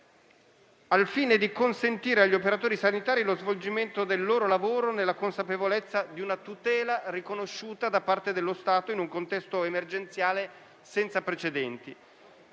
al fine di consentire agli operatori sanitari lo svolgimento del loro lavoro nella consapevolezza di una tutela riconosciuta da parte dello Stato in un contesto emergenziale senza precedenti.